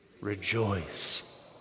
Rejoice